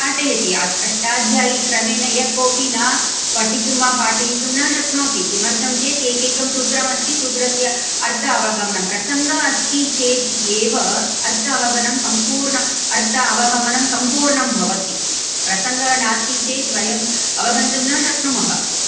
पाठयति अष्टाध्यायीक्रमेण यः कोपि न पठितुं वा पाठयितुं न शक्नोति किमर्थं चेत् एकैकं सूत्रम् अस्ति सूत्रस्य अर्थावगमनं प्रसङ्गः अस्ति चेत् एव अर्थावगमनं सम्पूर्णं अर्थावगमनं सम्पूर्णं भवति प्रसङ्गः नास्ति चेत् वयम् अवगन्तुं न शक्नुमः